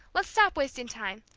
let's stop wasting time.